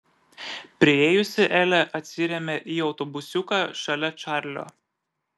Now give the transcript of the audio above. priėjusi elė atsirėmė į autobusiuką šalia čarlio